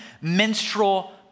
menstrual